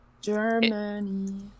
Germany